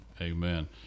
Amen